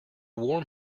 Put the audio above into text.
warm